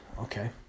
okay